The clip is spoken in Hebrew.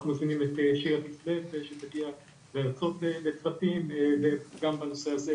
אנחנו מזמינים את שירה כסלו כדי שתגיע להרצות לצוותים וגם בנושא הזה,